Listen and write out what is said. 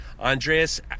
Andreas